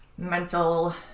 mental